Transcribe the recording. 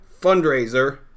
fundraiser